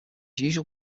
usual